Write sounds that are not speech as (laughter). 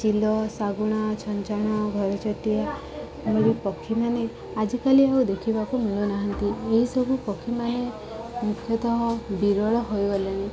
ଚିଲ ଶାଗୁଣା ଛଞ୍ଚାଣ ଘର ଚଟିଆ (unintelligible) ପକ୍ଷୀମାନେ ଆଜିକାଲି ଆଉ ଦେଖିବାକୁ ମିଳୁ ନାହାନ୍ତି ଏହିସବୁ ପକ୍ଷୀମାନେ ମୁଖ୍ୟତଃ ବିରଳ ହୋଇଗଲେଣି